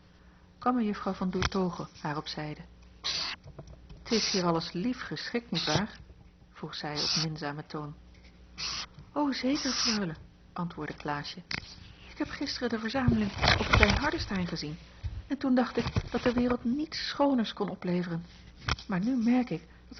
kwam mejw van doertoghe haar op zijde t is hier alles lief geschikt niet waar vroeg zij op minzamen toon o zeker freule antwoordde klaasje ik heb gisteren de verzameling op klein hardestein gezien en toen dacht ik dat de wereld niets schooners kon opleveren maar nu merk ik